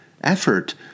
effort